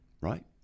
right